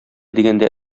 дигәндә